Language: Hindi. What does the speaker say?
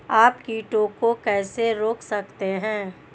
आप कीटों को कैसे रोक सकते हैं?